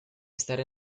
estar